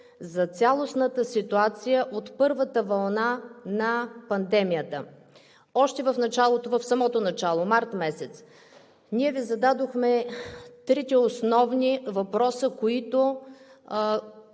за цялостната ситуация от първата вълна на пандемията? Още в самото начало, през месец март ние Ви зададохме трите основни въпроса, които